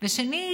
שנית,